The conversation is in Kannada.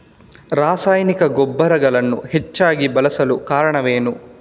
ರಾಸಾಯನಿಕ ಗೊಬ್ಬರಗಳನ್ನು ಹೆಚ್ಚಾಗಿ ಬಳಸಲು ಕಾರಣವೇನು?